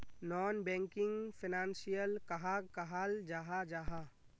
Non banking financial कहाक कहाल जाहा जाहा?